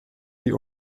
die